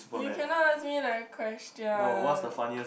you cannot ask me that question